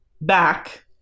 back